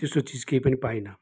त्यस्तो चिज केही पनि पाइनँ